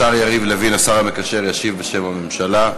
השר יריב לוין, השר המקשר, ישיב בשם הממשלה.